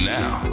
now